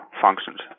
functions